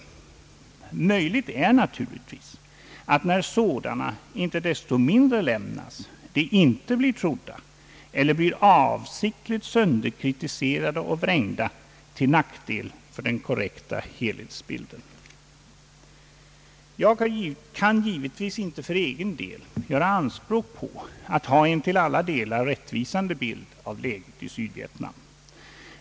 Det är naturligtvis möjligt att när upplysningar av sådant slag inte desto mindre lämnas, dessa inte blir trodda eller blir avsiktligt sönderkritiserade och förvrängda till nackdel för den korrekta helhetsbilden. Jag kan givetvis inte för egen del göra anspråk på att ha en till alla delar rättvisande bild av läget i Sydvietnam.